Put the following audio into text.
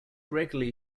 regularly